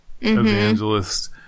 evangelists